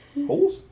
Holes